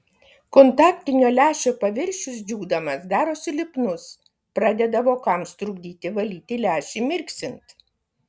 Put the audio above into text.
kontaktinio lęšio paviršius džiūdamas darosi lipnus pradeda vokams trukdyti valyti lęšį mirksint